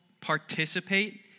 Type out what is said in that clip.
participate